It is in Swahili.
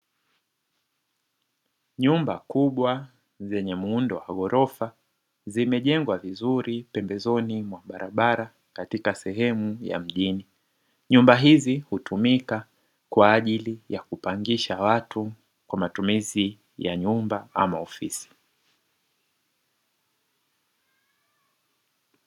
Nyumba kubwa zenye muundo wa ghorofa zimejengwa vizuri pembezoni mwa barabara katika sehemu ya mjini, nyumba hizi hutumika kwa ajili ya kupangisha watu kwa matumizi ya nyumba au ofisi.